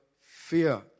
fear